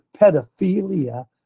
pedophilia